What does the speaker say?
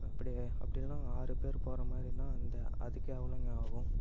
அப்படி அப்படி இல்லைனா ஆறு போகிற மாதிரினா அந்த அதுக்கு எவ்வளோங்க ஆகும்